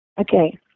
Okay